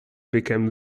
became